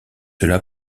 cela